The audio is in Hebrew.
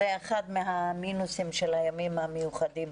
זה אחד מהמינוסים של הימים המיוחדים,